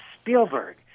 Spielberg